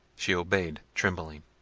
she obeyed trembling.